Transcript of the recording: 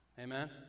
Amen